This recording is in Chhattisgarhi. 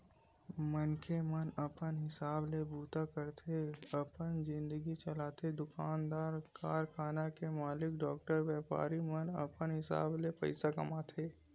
मनखे मन अपन हिसाब ले बूता करके अपन जिनगी चलाथे दुकानदार, कारखाना के मालिक, डॉक्टर, बेपारी मन अपन हिसाब ले पइसा कमाथे